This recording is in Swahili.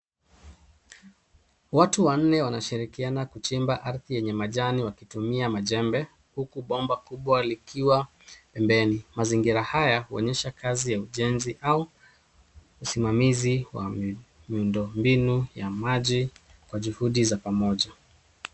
Watu wanne wanashirikiana kuchimba ardhi yenye majani wakitumia jembe, huku bomba kubwa likiwa pembeni. Mazingira haya huonyesha kazi ya ujenzi au usimamizi wa miundo mbinu ya maji kwa juhudi za pamoja.